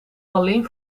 alleen